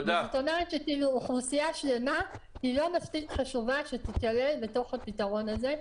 זאת אומרת שאוכלוסייה שלמה לא מספיק חשובה שתיכלל בתוך הפתרון הזה,